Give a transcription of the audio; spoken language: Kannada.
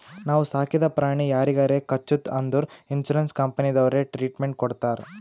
ನಾವು ಸಾಕಿದ ಪ್ರಾಣಿ ಯಾರಿಗಾರೆ ಕಚ್ಚುತ್ ಅಂದುರ್ ಇನ್ಸೂರೆನ್ಸ್ ಕಂಪನಿನವ್ರೆ ಟ್ರೀಟ್ಮೆಂಟ್ ಕೊಡ್ತಾರ್